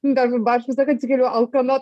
tarkim aš visą laiką atsikeliu alkana